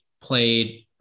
played